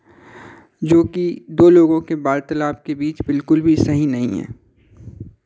जो कि दो लोगों के वार्तालाप के बीच बिल्कुल भी सही नहीं है